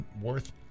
worth